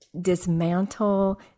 dismantle